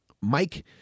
Mike